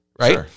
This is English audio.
right